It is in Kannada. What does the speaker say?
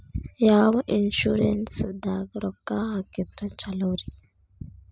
ಯಾವ ಇನ್ಶೂರೆನ್ಸ್ ದಾಗ ರೊಕ್ಕ ಹಾಕಿದ್ರ ಛಲೋರಿ?